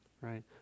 right